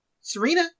Serena